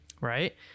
Right